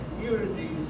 communities